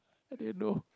okay no